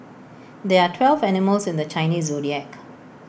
there are twelve animals in the Chinese Zodiac